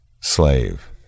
Slave